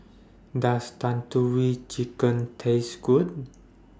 Does Tandoori Chicken Taste Good